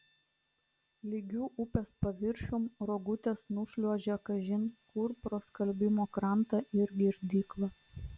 lygiu upės paviršium rogutės nušliuožia kažin kur pro skalbimo krantą ir girdyklą